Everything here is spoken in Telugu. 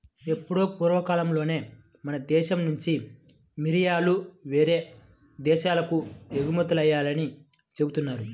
ఎప్పుడో పూర్వకాలంలోనే మన దేశం నుంచి మిరియాలు యేరే దేశాలకు ఎగుమతయ్యాయని జెబుతున్నారు